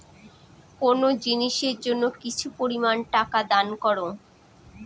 কোনো জিনিসের জন্য কিছু পরিমান টাকা দান করো